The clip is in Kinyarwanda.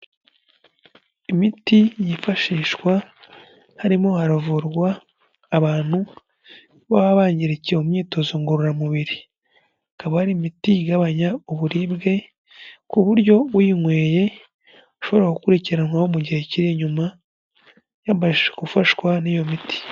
Imiti yifashishwa harimo haravurwa abantu baba bangirikiye mu myitozo ngororamubiri. Ikaba ari imiti igabanya uburibwe, ku buryo uyinyweye ashobora gukurikiranwaho mu gihe kiri inyuma, yamaze gufashwa n'iyo miti.